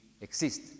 exist